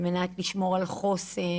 על מנת לשמור על חוסן,